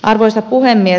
arvoisa puhemies